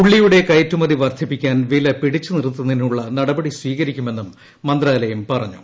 ഉള്ളിയുടെ കയറ്റുമതി വർദ്ധിപ്പിക്കാൻ വില പിടിച്ച് നിർത്തുന്നതിനുള്ള നടപടി സ്വീകരിക്കുമെന്നും മന്ത്രാലയം പറഞ്ഞു